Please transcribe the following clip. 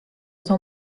osa